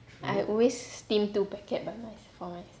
I always steam two packet by my for myself